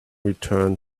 return